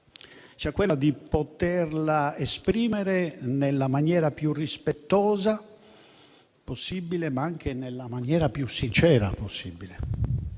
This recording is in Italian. sia quella di potersi esprimere nella maniera più rispettosa possibile, ma anche nella maniera più sincera possibile.